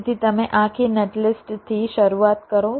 તેથી તમે આખી નેટલિસ્ટ થી શરૂઆત કરો